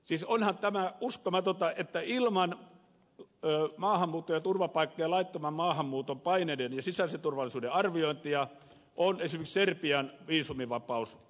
siis onhan tämä uskomatonta että ilman maahanmuutto ja turvapaikka ja laittoman maahanmuuton paineiden ja sisäisen turvallisuuden arviointia on esimerkiksi serbian viisumivapaus toteutettu